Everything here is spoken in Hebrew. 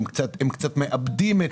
הם קצת מאבדים מן האיכות שלהם.